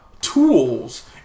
tools